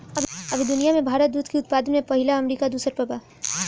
अभी दुनिया में भारत दूध के उत्पादन में पहिला आ अमरीका दूसर पर बा